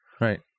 Right